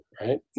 right